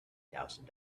thousand